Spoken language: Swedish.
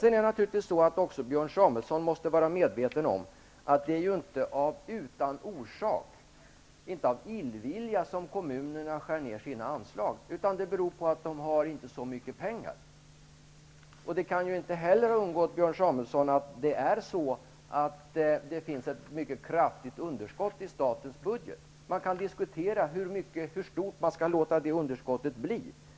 Sedan måste naturligtvis också Björn Samuelson vara medveten om att det inte är utan orsak -- inte av illvilja -- som kommunerna skär ner sina anslag. Det beror på att de inte har så mycket pengar. Det kan ju inte heller ha undgått Björn Samuelson att det finns ett mycket kraftigt underskott i statens budget. Man kan diskutera hur stort man skall låta det underskottet bli.